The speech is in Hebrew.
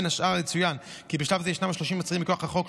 בין השאר צוין כי בשלב זה ישנם 30 עצירים מכוח החוק,